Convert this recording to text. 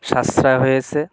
সাশ্রয় হয়েছে